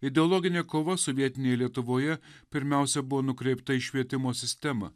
ideologinė kova sovietinėj lietuvoje pirmiausia buvo nukreipta į švietimo sistemą